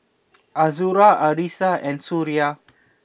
Azura Arissa and Suria